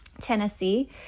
Tennessee